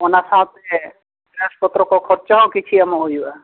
ᱚᱱᱟ ᱥᱟᱶᱛᱮ ᱯᱚᱛᱨᱚ ᱠᱚ ᱠᱷᱚᱨᱪᱚ ᱦᱚᱸ ᱠᱤᱪᱷᱤ ᱮᱢᱚᱜ ᱦᱩᱭᱩᱜᱼᱟ